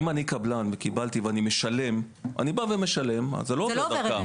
אם אני קבלן והטילו עליי עיצומים ואני משלם אז זה לא עובר דרכם.